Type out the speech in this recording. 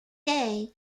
day